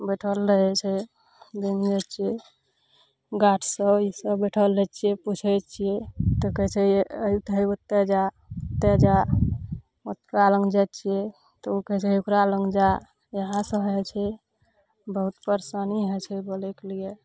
बैठल रहै छै बिजनेस से गार्ड सब ई सब बैठल रहै छियै पूछै छियै तऽ कहै छै है ओतए जा ओतए जा ओकरा लङ्ग जाइ छियै तऽ ओ कहै छै ओकरा लङ्ग जा इहए सब होइ छै बहुत परेशानी होइ छै बोलैके लिए